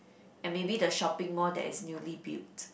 and maybe the shopping more that is newly built